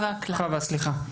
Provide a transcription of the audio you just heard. בבקשה.